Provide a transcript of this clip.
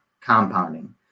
compounding